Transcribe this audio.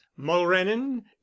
mulrennan